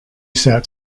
sat